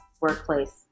workplace